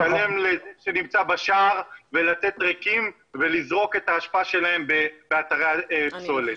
לשלם לזה שנמצא בשער ולצאת ריקים ולזרוק את האשפה שלהם באתרי הפסולת.